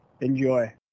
Enjoy